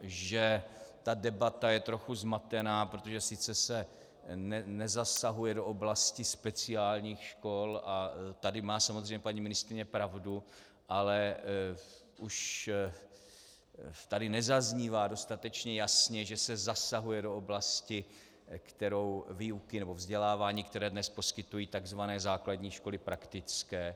Že ta debata je trochu zmatená, protože sice se nezasahuje do oblasti speciálních škol, a tady má paní ministryně samozřejmě pravdu, ale už tady nezaznívá dostatečně jasně, že se zasahuje do oblasti výuky nebo vzdělávání, které dnes poskytují základní školy praktické.